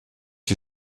die